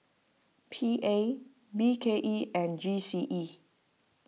P A B K E and G C E